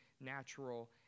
natural